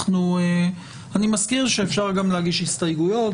אני מזכיר שאפשר להגיש הסתייגויות.